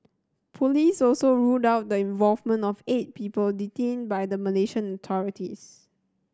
police also ruled out the involvement of eight people detained by the Malaysian authorities